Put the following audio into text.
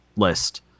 list